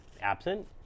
absent